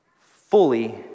fully